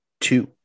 two